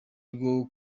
rwo